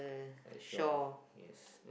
at shore yes